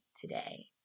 today